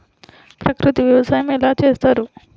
ప్రకృతి వ్యవసాయం ఎలా చేస్తారు?